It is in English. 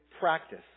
practice